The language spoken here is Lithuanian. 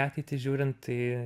ateitį žiūrint tai